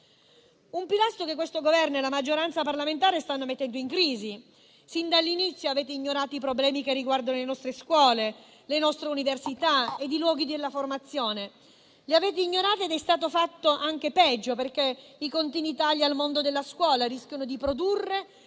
un pilastro che questo Governo e la maggioranza parlamentare stanno mettendo in crisi. Sin dall'inizio avete ignorato i problemi che riguardano le nostre scuole, le nostre università e i luoghi della formazione. Li avete ignorati ed è stato fatto anche peggio, perché i continui tagli al mondo della scuola rischiano di produrre